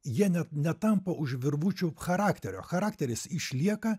jie net netampo už virvučių charakterio charakteris išlieka